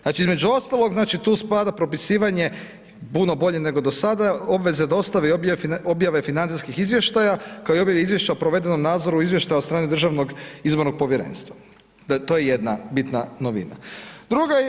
Znači, između ostalog, znači tu spada propisivanje puno bolje nego do sada, obveze dostave i objave financijskih izvještaja, kao i objave izvješća o provedenom nadzoru izvještaja od strane Državnog izbornog povjerenstva, to je jedna bitna novina.